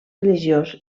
religiós